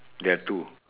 there are two